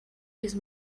with